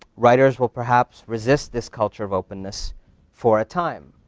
writers will perhaps resist this culture of openness for a time.